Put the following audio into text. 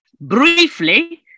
briefly